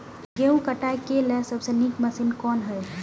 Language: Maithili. गेहूँ काटय के लेल सबसे नीक मशीन कोन हय?